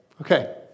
Okay